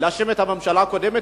ולהאשים את הממשלה הקודמת.